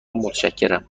متشکرم